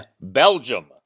Belgium